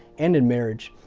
and in marriage.